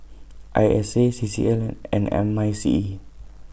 I S A C C L and M I C E